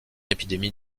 épidémie